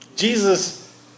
Jesus